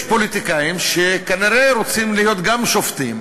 יש פוליטיקאים שכנראה רוצים להיות גם שופטים